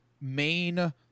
main